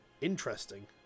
interesting